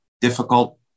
difficult